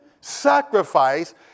sacrifice